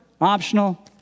optional